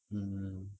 mmhmm